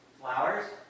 Flowers